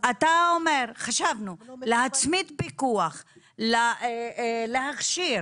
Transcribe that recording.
אתה אומר חשבנו, להצמיד פיקוח, להכשיר,